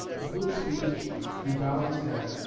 at which speech he bowed his head,